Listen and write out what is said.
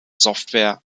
software